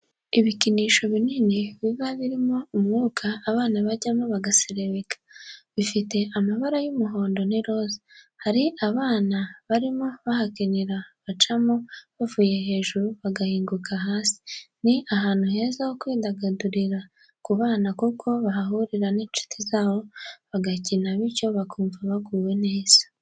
Ibikinisho by'abana binini biba birimo umwuka abana bajyamo bagaserebeka, bifite amabara y'umuhondo n'iroza, hari abana barimo bahakinira bacamo bavuye hejuru bagahinguka hasi, ni ahantu heza ho kwidagadurira ku bana kuko bahahurira n'inshuti zabo bagakina bityo bakumva baguwe neza.